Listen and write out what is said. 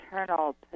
internal